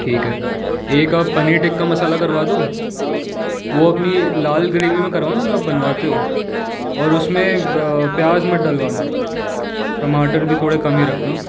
ठीक है एक आप पनीर टिक्का मसाला करवा दो वो अपनी लाल ग्रेभी में करवाना जो आप बनवाते हो और उस में प्याज़ मत डलवाना टमाटर भी थोड़े कम ही रखना